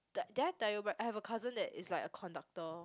di~ did I tell you but I have a cousin that is like a conductor